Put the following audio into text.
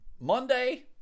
Monday